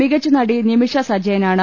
മികച്ചനടി Nimisha സജയനാണ്